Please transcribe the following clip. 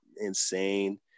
insane